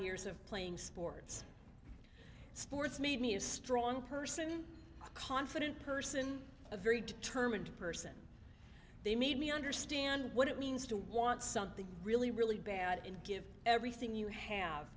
years of playing sports sports made me a strong person a confident person a very determined person they made me understand what it means to want something really really bad and give everything you have